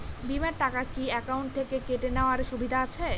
বিমার টাকা কি অ্যাকাউন্ট থেকে কেটে নেওয়ার সুবিধা আছে?